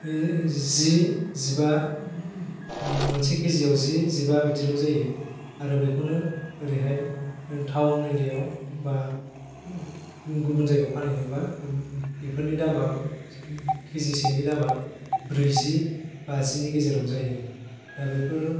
जि जिबा मोनस केजियाव जि जिबा बिदिल' जायो आरो बेखौनो आरैहाय टाउन एरियायाव बा आह गोजानाव फानहैयोबा बेफोरनि दामा केजिसेनि दामा ब्रैजि बाजिनि गेजेराव जायो दा बेफोरो